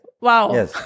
Wow